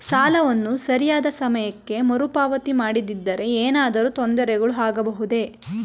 ಸಾಲವನ್ನು ಸರಿಯಾದ ಸಮಯಕ್ಕೆ ಮರುಪಾವತಿ ಮಾಡದಿದ್ದರೆ ಏನಾದರೂ ತೊಂದರೆಗಳು ಆಗಬಹುದೇ?